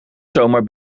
zomaar